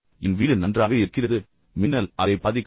என் வீடு நன்றாக இருக்கிறது மின்னல் அதை பாதிக்காது